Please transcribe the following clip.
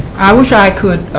i wish i could